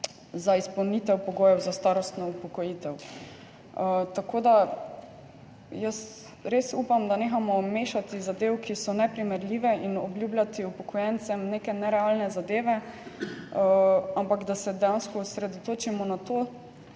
za izpolnitev pogojev za starostno upokojitev. Tako da jaz res upam, da nehamo mešati zadeve, ki so neprimerljive, in obljubljati upokojencem neke nerealne zadeve, ampak da se dejansko osredotočimo na to,